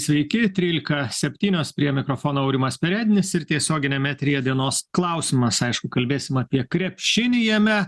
sveiki trylika septynios prie mikrofono aurimas perednis ir tiesioginiame eteryje dienos klausimas aišku kalbėsim apie krepšinį jame